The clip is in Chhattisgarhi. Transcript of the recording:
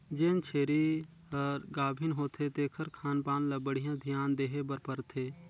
जेन छेरी हर गाभिन होथे तेखर खान पान ल बड़िहा धियान देहे बर परथे